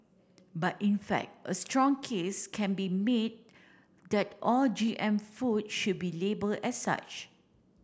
but in fact a strong case can be made that all G M food should be labelled as such